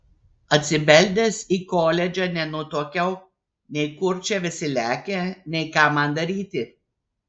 atsibeldęs į koledžą nenutuokiau nei kur čia visi lekia nei ką man daryti